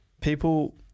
People